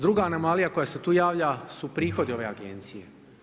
Druga anomalija koja se tu javlja, su prihodi ove agencije.